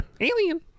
Alien